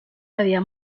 había